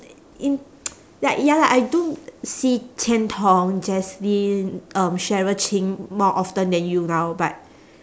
in like ya lah I do see qian tong jasmine um cheryl ching more often than you now but